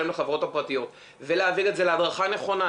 לחברות הפרטיות ולהעביר את זה להדרכה נכונה,